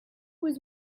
was